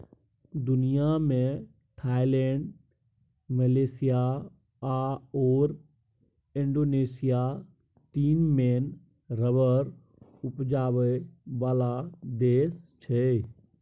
दुनियाँ मे Thailand, Malaysia आओर इंडोनेशिया तीन मेन रबर उपजाबै बला देश छै